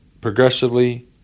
progressively